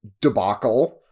debacle